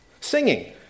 Singing